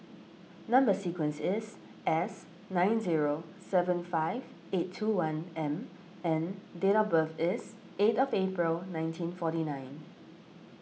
Number Sequence is S nine zero seven five eight two one M and date of birth is eight April nineteen forty nine